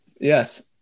yes